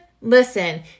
listen